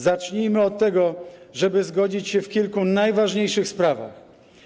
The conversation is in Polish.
Zacznijmy od tego, żeby zgodzić się w kilku najważniejszych sprawach.